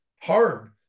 hard